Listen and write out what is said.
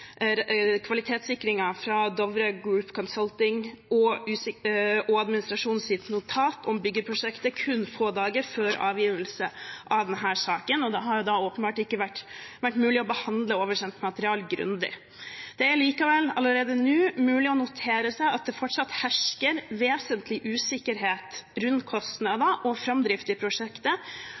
fra Dovre Group Consulting og administrasjonens notat om byggeprosjektet kun få dager før avgivelse av denne innstillingen, og det har derfor ikke vært mulig å behandle det oversendte materialet grundig. Det er likevel allerede nå mulig å notere seg at det fortsatt hersker vesentlig usikkerhet rundt kostnader og framdrift i prosjektet,